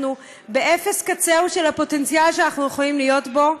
אנחנו באפס קצהו של הפוטנציאל שאנחנו יכולים להיות בו.